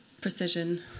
precision